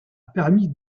permis